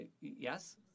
yes